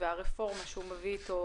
והרפורמה שהוא מביא איתו,